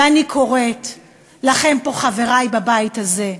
ואני קוראת לכם, חברי פה בבית הזה,